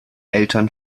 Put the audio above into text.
eltern